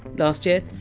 last year,